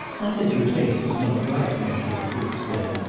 not that your taste is not right, natalie, he explained.